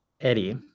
Eddie